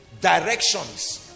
directions